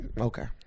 Okay